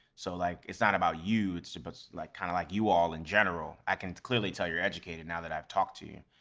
so like it's not about you. it's about but like kind of like you all in general. i can clearly tell you're educated now that i've talked to you.